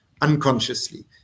unconsciously